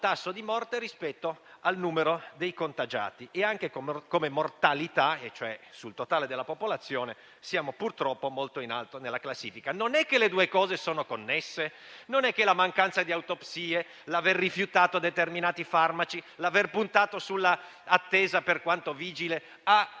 tasso di morte rispetto al numero dei contagiati, e anche come mortalità sul totale della popolazione siamo, purtroppo, molto in alto nella classifica. Forse le due cose sono connesse? Forse la mancanza di autopsie, l'aver rifiutato determinati farmaci, l'aver puntato sull'attesa, per quanto vigile,